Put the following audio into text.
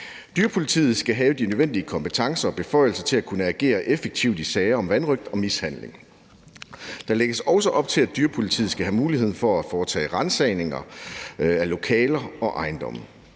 Dyrepolitiet skal have de nødvendige kompetencer og beføjelser til at kunne agere effektivt i sager om vanrøgt og mishandling. Der lægges også op til, at dyrepolitiet skal have muligheden for at foretage ransagninger af lokaler og ejendomme,